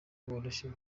bworoshye